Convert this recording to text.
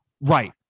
Right